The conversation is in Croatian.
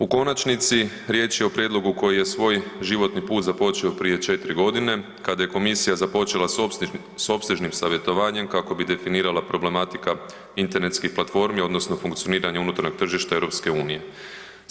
U konačnici, riječ je o prijedlogu koji je svoj životni put započeo prije 4 g. kada je komisija započela sa opsežnim savjetovanjem kako bi se definirala problematika internetskih platformi odnosno funkcioniranje unutarnjeg tržišta EU-a.